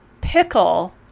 pickle